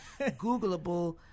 googleable